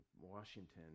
Washington